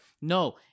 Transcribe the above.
no